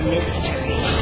Mystery